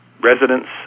residents